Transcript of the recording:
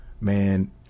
Man